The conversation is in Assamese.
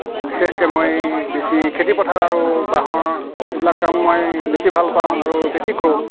বিশেষকৈ মই বেছি খেতি পথাৰ আৰু বাঁহৰ এইবিলাক কাম মই বেছি ভাল পাওঁ আৰু বেছি কৰোঁ